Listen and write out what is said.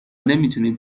نمیتونیم